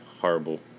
horrible